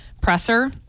presser